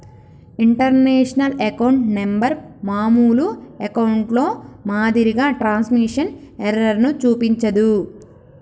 international account number మామూలు అకౌంట్లో మాదిరిగా ట్రాన్స్మిషన్ ఎర్రర్ ను చూపించదు